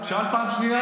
שאלת פעם שנייה,